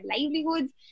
livelihoods